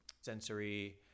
sensory